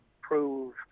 prove